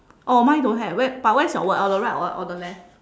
oh mine don't have where but where's your word on the right or on the left